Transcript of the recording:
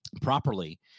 properly